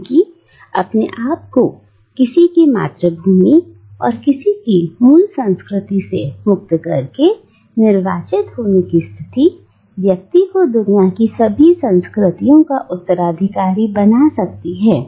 क्योंकि अपने आप को किसी की मातृभूमि और किसी की मूल संस्कृति से मुक्त करके निर्वाचित होने की स्थिति व्यक्ति को दुनिया की सभी संस्कृतियों का उत्तराधिकारी बना सकती है